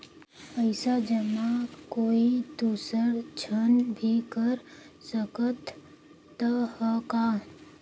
पइसा जमा कोई दुसर झन भी कर सकत त ह का?